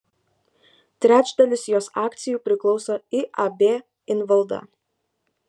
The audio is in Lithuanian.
trečdalis jos akcijų priklauso iab invalda